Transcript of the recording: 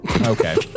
Okay